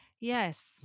yes